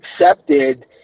accepted